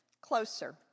closer